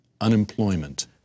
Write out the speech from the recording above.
unemployment